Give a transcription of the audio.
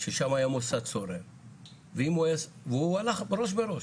ששם היה מוסד והוא הלך ראש בראש,